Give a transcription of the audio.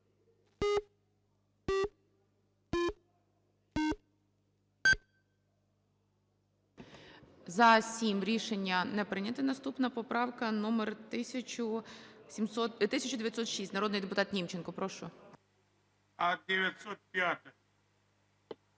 За-7 Рішення не прийнято. Наступна поправка номер 1906. Народний депутат Німченко, прошу.